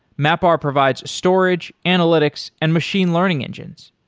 mapr provides storage, analytics and machine learning engines.